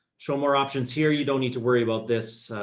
show more options here. you don't need to worry about this.